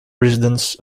residents